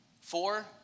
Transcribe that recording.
Four